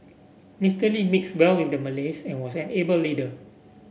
Mister Lee mixed well with the Malays and was an able leader